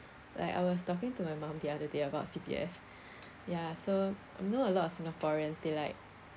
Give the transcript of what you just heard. like I was talking to my mum the other day about C_P_F ya so I know a lot of singaporeans they like